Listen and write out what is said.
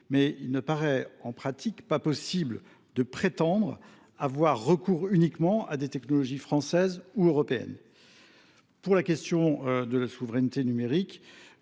mais il ne paraît en pratique pas possible de prétendre avoir recours uniquement à des technologies françaises ou européennes. Pour ce qui relève de la souveraineté numérique,